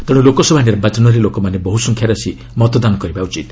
ତେଣ୍ର ଲୋକସଭା ନିର୍ବାଚନରେ ଲୋକମାନେ ବହୁ ସଂଖ୍ୟାରେ ଆସି ମତଦାନ କରିବା ଉଚିତ